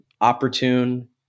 opportune